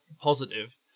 positive